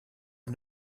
est